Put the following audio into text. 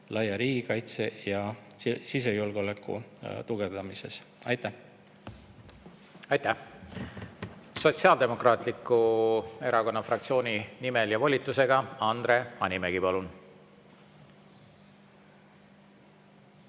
laia riigikaitse ja sisejulgeoleku tugevdamisel. Aitäh! Aitäh! Sotsiaaldemokraatliku Erakonna fraktsiooni nimel ja volitusega Andre Hanimägi, palun!